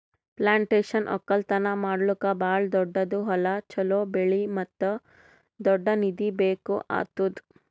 plantation ಒಕ್ಕಲ್ತನ ಮಾಡ್ಲುಕ್ ಭಾಳ ದೊಡ್ಡುದ್ ಹೊಲ, ಚೋಲೋ ಬೆಳೆ ಮತ್ತ ದೊಡ್ಡ ನಿಧಿ ಬೇಕ್ ಆತ್ತುದ್